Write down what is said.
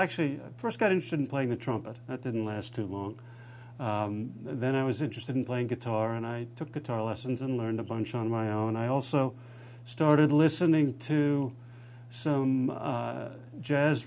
actually first got interested in playing the trumpet and it didn't last too long then i was interested in playing guitar and i took guitar lessons and learned a bunch on my own i also started listening to some jazz